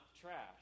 trash